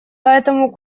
поэтому